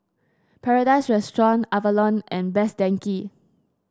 Paradise Restaurant Avalon and Best Denki